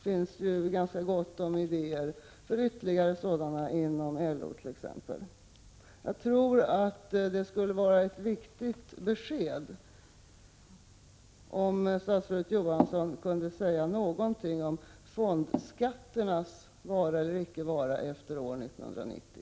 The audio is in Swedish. Vi vet ju att det finns ganska gott om idéer inom t.ex. LO beträffande ytterligare fonder. Jag tror det skulle vara ett viktigt besked, om statsrådet Johansson kunde säga något om fondskatternas vara eller icke vara efter 1990.